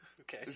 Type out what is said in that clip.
Okay